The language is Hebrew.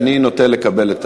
אני נוטה לקבל.